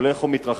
אך זה הולך ומתרחק.